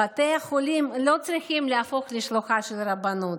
בתי החולים לא צריכים להפוך לשלוחה של הרבנות.